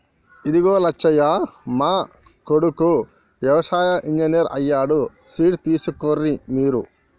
ఇదిగో లచ్చయ్య మా కొడుకు యవసాయ ఇంజనీర్ అయ్యాడు స్వీట్స్ తీసుకోర్రి మీరు